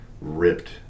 ripped